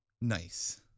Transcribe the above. Nice